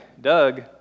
Doug